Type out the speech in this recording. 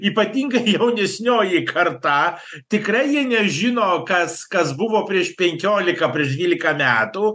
ypatingai jaunesnioji karta tikrai jie nežino kas kas buvo prieš penkiolika prieš dvylika metų